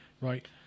right